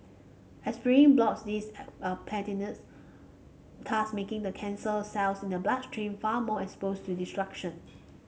aspirin blocks these platelets thus making the cancer cells in the bloodstream far more exposed to destruction